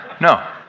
no